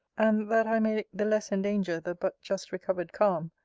and that i may the less endanger the but-just recovered calm,